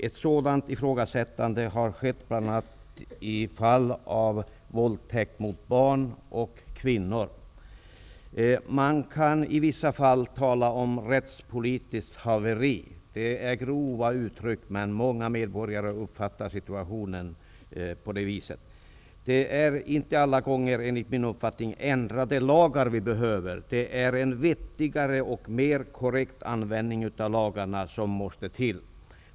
Ett sådant ifrågasättande har skett, bl.a. i fall av våldtäkt mot barn och kvinnor. Man kan i vissa fall tala om rättspolitiskt haveri. Det är ett grovt uttryck, men många medborgare uppfattar situationen på det viset. Det är enligt min uppfattning inte alla gånger lagändringar som vi behöver. Det är en vettigare och mer korrekt användning av lagarna som måste till.